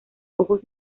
ojos